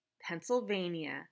Pennsylvania